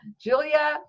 julia